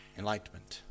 enlightenment